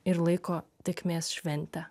ir laiko tėkmės šventę